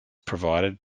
provided